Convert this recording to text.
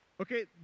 Okay